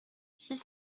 six